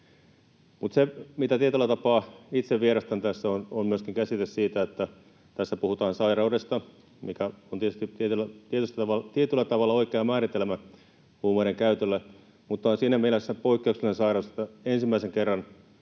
tapaa itse vierastan tässä, on käsite siitä, että tässä puhutaan sairaudesta, mikä on tietysti tietyllä tavalla oikea määritelmä huumeiden käytölle, mutta se on siinä mielessä poikkeuksellinen sairaus, että ensimmäisen kerran